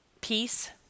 peace